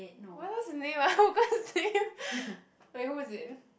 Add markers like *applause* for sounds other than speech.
what's his name ah *laughs* I forgot his name *laughs* wait who is it